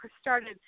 started